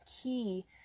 key